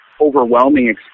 overwhelming